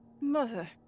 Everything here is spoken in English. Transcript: Mother